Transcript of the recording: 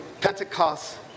Pentecost